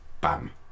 bam